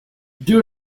due